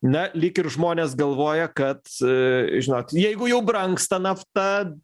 na lyg ir žmonės galvoja kad žinot jeigu jau brangsta nafta